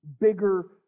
bigger